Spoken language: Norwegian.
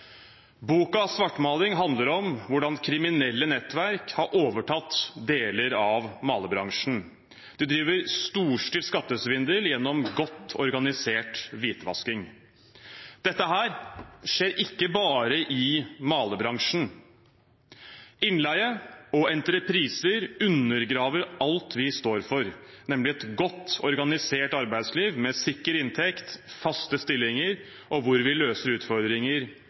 handler om hvordan kriminelle nettverk har overtatt deler av malerbransjen. De driver med storstilt skattesvindel gjennom godt organisert hvitvasking. Dette skjer ikke bare i malerbransjen. Innleie og entrepriser undergraver alt vi står for, nemlig et godt organisert arbeidsliv, med sikker inntekt og faste stillinger, og hvor vi løser utfordringer